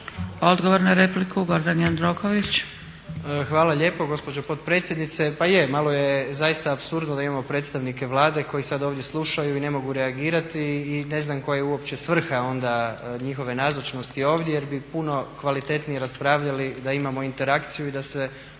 **Jandroković, Gordan (HDZ)** Hvala lijepo gospođo potpredsjednice. Pa je malo je zaista apsurdno da imamo predstavnike Vlade koji sada ovdje slušaju i ne mogu reagirati i ne znam koja je uopće svrha onda njihove nazočnosti ovdje jer bi puno kvalitetnije raspravljali da imamo interakciju i da se